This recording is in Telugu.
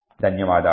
ధన్యవాదాలు